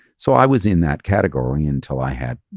so i was in that category until i had,